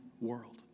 world